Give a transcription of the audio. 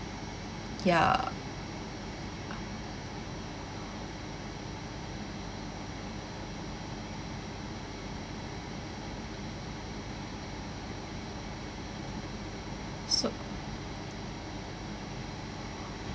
ya so